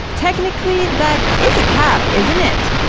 technically that is a cap, isn't it?